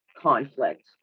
conflict